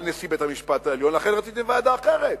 נשיאת בית-המשפט העליון, לכן רציתם ועדה אחרת.